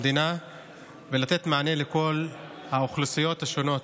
במדינה ולתת מענה לכל האוכלוסיות השונות.